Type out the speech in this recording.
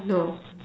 oh no